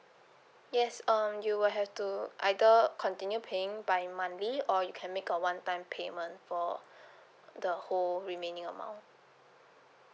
yes um you will have to either continue paying by monthly or you can make a one time payment for the whole remaining amount